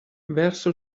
verso